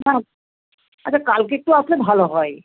আচ্ছা কালকে একটু আসলে ভালো হয়